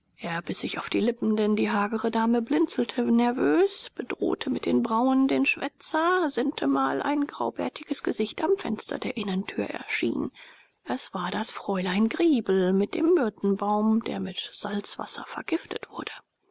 biß sich auf die lippen denn die hagere dame blinzelte nervös bedrohte mit den brauen den schwätzer sintemal ein graubärtiges gesicht am fenster der innentür erschien es war das fräulein griebel mit dem myrtenbaum der mit salzwasser vergiftet wurde